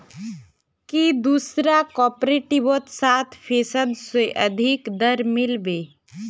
की दूसरा कॉपरेटिवत सात फीसद स अधिक दर मिल बे